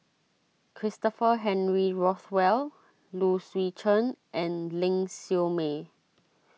Christopher Henry Rothwell Low Swee Chen and Ling Siew May